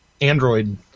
Android